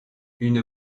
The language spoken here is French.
une